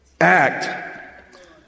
act